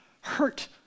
hurt